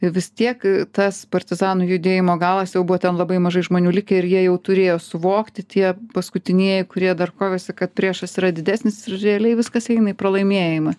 vis tiek tas partizanų judėjimo galas jau buvo ten labai mažai žmonių likę ir jie jau turėjo suvokti tie paskutinieji kurie dar kovėsi kad priešas yra didesnis ir realiai viskas eina į pralaimėjimą